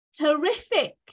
terrific